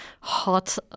hot